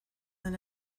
than